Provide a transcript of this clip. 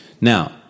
Now